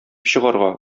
чыгарга